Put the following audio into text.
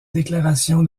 déclaration